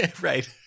Right